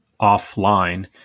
offline